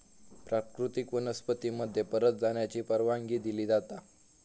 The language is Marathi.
प्राकृतिक वनस्पती मध्ये परत जाण्याची परवानगी दिली जाता